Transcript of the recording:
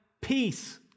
peace